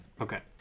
okay